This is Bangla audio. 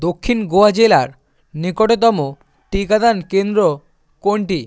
দক্ষিণ গোয়া জেলার নিকটতম টিকাদান কেন্দ্র কোনটি